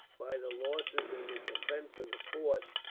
by the losses in the defence of the fort,